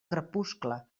crepuscle